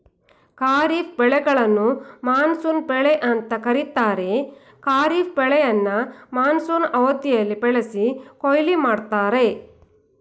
ಖಾರಿಫ್ ಬೆಳೆಗಳನ್ನು ಮಾನ್ಸೂನ್ ಬೆಳೆ ಅಂತ ಕರೀತಾರೆ ಖಾರಿಫ್ ಬೆಳೆಯನ್ನ ಮಾನ್ಸೂನ್ ಅವಧಿಯಲ್ಲಿ ಬೆಳೆಸಿ ಕೊಯ್ಲು ಮಾಡ್ತರೆ